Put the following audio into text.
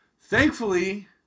Thankfully